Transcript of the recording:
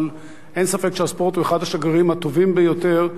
אבל אין ספק שהספורט הוא אחד השגרירים הטובים ביותר,